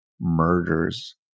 Murders